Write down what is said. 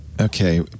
Okay